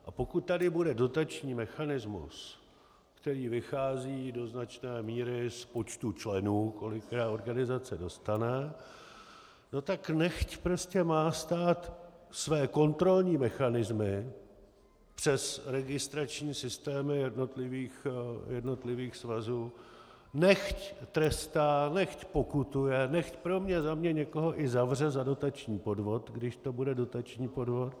A pokud tady bude dotační mechanismus, který vychází do značné míry z počtu členů, kolik která organizace dostane, tak nechť má stát své kontrolní mechanismy přes registrační systémy jednotlivých svazů, nechť trestá, nechť pokutuje, nechť pro mě za mě někoho i zavře za dotační podvod, když to bude dotační podvod.